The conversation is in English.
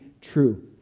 true